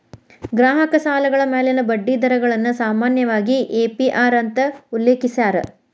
ಗ್ರಾಹಕ ಸಾಲಗಳ ಮ್ಯಾಲಿನ ಬಡ್ಡಿ ದರಗಳನ್ನ ಸಾಮಾನ್ಯವಾಗಿ ಎ.ಪಿ.ಅರ್ ಅಂತ ಉಲ್ಲೇಖಿಸ್ಯಾರ